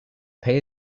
pay